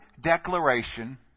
declaration